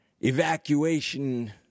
evacuation